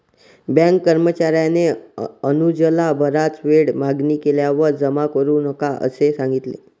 bank कर्मचार्याने अनुजला बराच वेळ मागणी केल्यावर जमा करू नका असे सांगितले